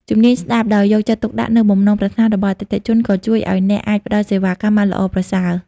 ជំនាញស្តាប់ ដោយយកចិត្តទុកដាក់នូវបំណងប្រាថ្នារបស់អតិថិជនក៏ជួយឱ្យអ្នកអាចផ្តល់សេវាកម្មបានល្អប្រសើរ។